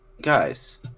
Guys